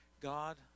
God